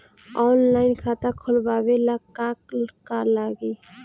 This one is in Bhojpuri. ऑनलाइन खाता खोलबाबे ला का का लागि?